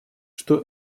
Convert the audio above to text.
что